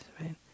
right